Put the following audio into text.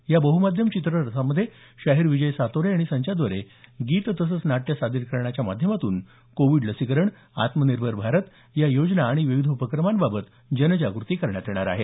या बहुमाध्यम चित्ररथामध्ये शाहीर विजय सातोरे आणि संचाद्वारे गीत तसंच नाट्य सादरीकरणाच्या माध्यमातून कोविड लसीकरण तसंच आत्मनिर्भर भारत या योजना आणि विविध उपक्रमांबाबत जनजागृती करण्यात येणार आहे